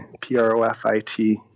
P-R-O-F-I-T